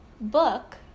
book